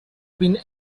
been